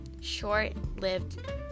short-lived